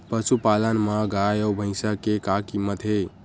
पशुपालन मा गाय अउ भंइसा के का कीमत हे?